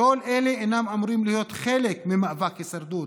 כל אלה אינם אמורים להיות חלק ממאבק הישרדות,